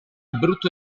brutto